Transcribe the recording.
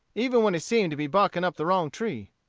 even when he seemed to be barking up the wrong tree.